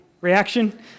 reaction